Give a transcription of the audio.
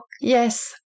yes